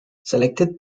selected